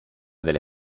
delle